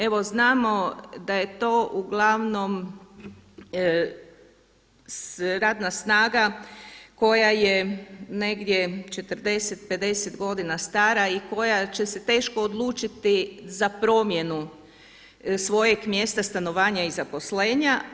Evo znamo da je to uglavnom radna snaga koja je negdje 40, 50 godina stara i koja će se teško odlučiti za promjenu svojeg mjesta stanovanja i zaposlenja.